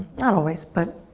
not always, but